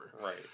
right